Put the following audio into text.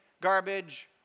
garbage